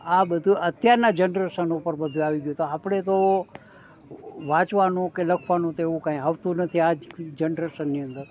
આ બધું અત્યારના જનરેશનનો ઉપર આવી ગયું હતું આપણે તો વાંચવાનું કે લખવાનું તેવું કાંઇ આવતું નથી આજ જનરેશનની અંદર